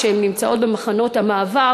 כשהן נמצאות במחנות המעבר